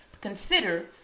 Consider